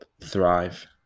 thrive